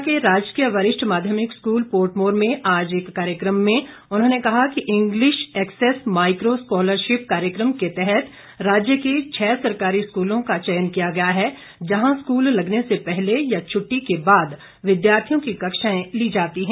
शिमला के राजकीय वरिष्ठ माध्यमिक स्कूल पोर्टमोर में आज एक कार्यक्रम में उन्होंने कहा कि इंग्लिश एक्सेस माइक्रो स्कॉलरशिप कार्यक्रम के तहत राज्य के छः सरकारी स्कूलों का चयन किया गया है जहां स्कूल लगने से पहले या छुट्टी के बाद विद्यार्थियों की कक्षाएं ली जाती हैं